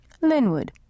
Linwood